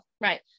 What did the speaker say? Right